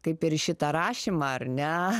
kaip ir šitą rašymą ar ne